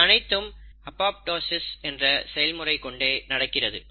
இது அனைத்தும் அபாப்டோசிஸ் என்ற செயல்முறை கொண்டே நடக்கிறது